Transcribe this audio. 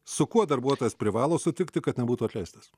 su kuo darbuotojas privalo sutikti kad nebūtų atleistas